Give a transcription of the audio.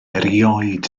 erioed